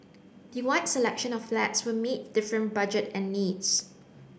the wide selection of flats will meet different budget and needs